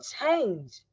change